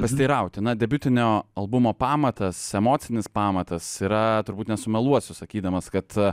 pasiteirauti na debiutinio albumo pamatas emocinis pamatas yra turbūt nesumeluosiu sakydamas kad